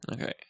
Okay